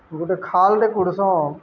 ଗୁଟେ ଖାଲ୍ଟେ କୁଡ଼୍ସନ୍